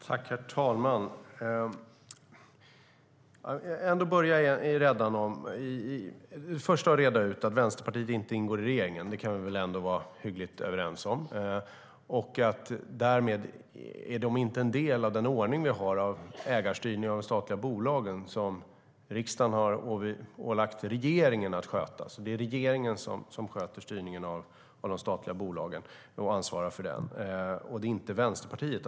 Herr talman! Låt mig börja med att reda ut att Vänsterpartiet inte ingår i regeringen. Det kan vi nog vara hyggligt överens om. Därmed är de inte en del av den ordning med ägarstyrning av de statliga bolagen som riksdagen har ålagt regeringen att sköta. Det är alltså regeringen som sköter styrningen av de statliga bolagen och ansvarar för den. Det är inte Vänsterpartiet.